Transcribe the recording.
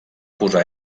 posar